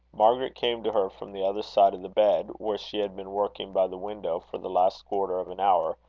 margaret came to her from the other side of the bed, where she had been working by the window, for the last quarter of an hour,